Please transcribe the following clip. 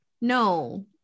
No